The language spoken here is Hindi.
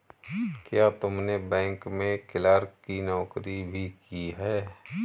क्या तुमने बैंक में क्लर्क की नौकरी भी की है?